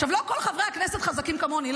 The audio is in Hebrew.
לא כל חברי הכנסת חזקים כמוני.